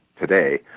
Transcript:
today